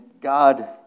God